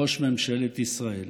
ראש ממשלת ישראל,